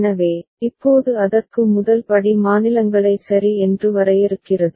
எனவே இப்போது அதற்கு முதல் படி மாநிலங்களை சரி என்று வரையறுக்கிறது